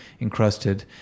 encrusted